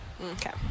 okay